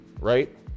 right